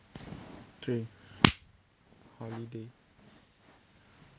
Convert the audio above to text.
three holiday